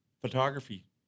photography